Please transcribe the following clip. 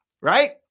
Right